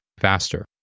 faster